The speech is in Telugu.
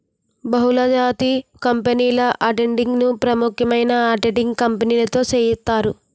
బహుళజాతి కంపెనీల ఆడిటింగ్ ను ప్రముఖమైన ఆడిటింగ్ కంపెనీతో సేయిత్తారు